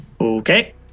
Okay